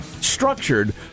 structured